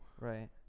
right